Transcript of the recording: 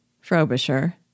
Frobisher